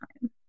time